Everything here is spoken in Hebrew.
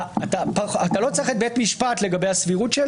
אתה לא צריך את בית המשפט לגבי הסבירות,